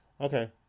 Okay